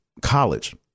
college